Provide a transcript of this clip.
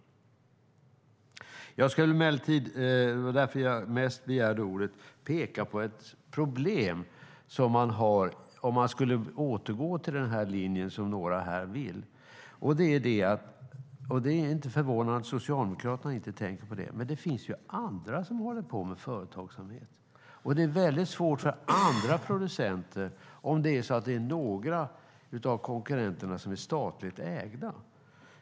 Anledningen till att jag begärde ordet var emellertid främst att jag ville peka på ett problem som man har om man återgår till den linje som några här vill återgå till. Det är inte förvånande att Socialdemokraterna inte tänker på det, men det finns faktiskt andra som håller på med företagsamhet och det är svårt för dem om några av konkurrenterna är statligt ägda.